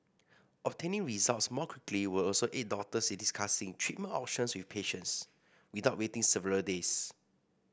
obtaining results more quickly will also aid doctors in discussing treatment options with patients without waiting several days